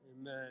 Amen